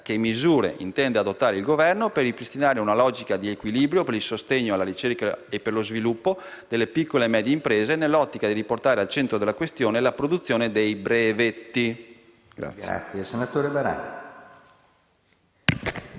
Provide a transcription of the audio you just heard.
misure intenda adottare il Governo per ripristinare una logica di equilibrio per il sostegno alla ricerca e per lo sviluppo delle piccole e medie imprese, nell'ottica di riportare al centro della questione la produzione dei brevetti.